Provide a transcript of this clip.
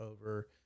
over